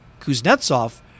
Kuznetsov